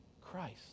Christ